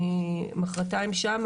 אני מוחרתיים שמה,